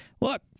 look